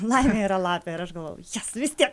laimė yra lapė ir aš gavojau jes vis tiek